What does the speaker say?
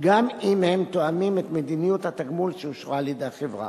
גם אם הם תואמים את מדיניות התגמול שאושרה על-ידי החברה.